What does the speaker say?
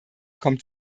kommt